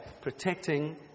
protecting